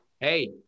Hey